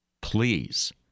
Please